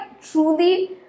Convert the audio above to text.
truly